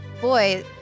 Boy